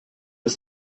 das